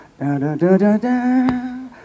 da-da-da-da-da